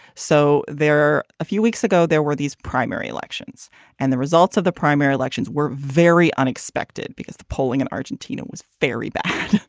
so there are a few weeks ago there were these primary elections and the results of the primary elections were very unexpected because the polling in argentina was very bad.